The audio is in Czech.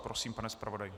Prosím, pane zpravodaji.